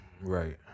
right